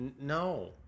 no